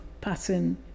pattern